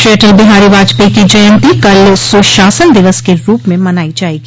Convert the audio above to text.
श्री अटल बिहारी वाजपेयी की जयंती कल सुशासन दिवस के रूप में मनाई जायेगी